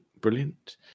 brilliant